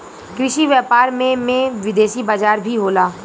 कृषि व्यापार में में विदेशी बाजार भी होला